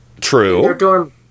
True